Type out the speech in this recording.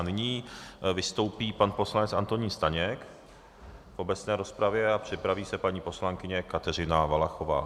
Nyní vystoupí pan poslanec Antonín Staněk v obecné rozpravě a připraví se paní poslankyně Kateřina Valachová.